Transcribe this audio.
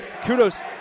kudos